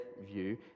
view